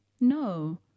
No